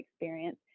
experience